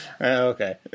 Okay